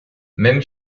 même